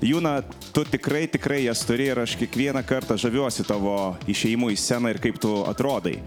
juna tu tikrai tikrai jas turi ir aš kiekvieną kartą žaviuosi tavo išėjimu į sceną ir kaip tu atrodai